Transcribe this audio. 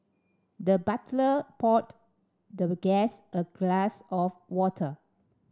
the butler poured the guest a glass of water